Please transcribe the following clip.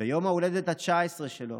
ביום ההולדת ה-19 שלו